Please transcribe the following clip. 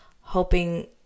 hoping